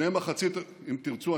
אם תרצו,